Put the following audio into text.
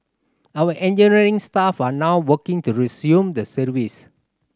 our engineering staff are now working to resume the service